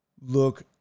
look